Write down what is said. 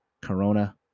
Corona